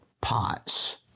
pots